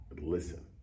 listen